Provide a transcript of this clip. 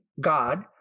God